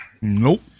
Nope